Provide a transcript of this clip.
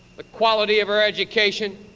the quality of our education,